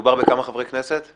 בכמה חברי כנסת מדובר?